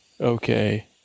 Okay